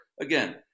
again